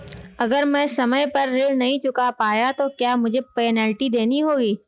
अगर मैं समय पर ऋण नहीं चुका पाया तो क्या मुझे पेनल्टी देनी होगी?